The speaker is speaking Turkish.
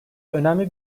önemli